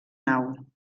nau